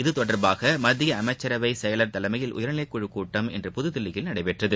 இது தொடர்பாக மத்திய அமைச்சரவை செயல் தலைமையில் உயர்நிலைக் குழுக் கூட்டம் இன்று புதுதில்லியில் நடைபெற்றது